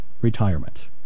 retirement